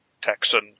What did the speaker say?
Texan